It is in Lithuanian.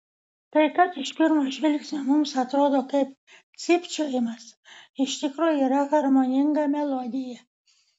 tai kas iš pirmo žvilgsnio mums atrodo kaip cypčiojimas iš tikro yra harmoninga melodija